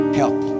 help